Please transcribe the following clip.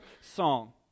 song